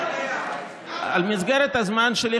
על מסגרת הזמן שלי,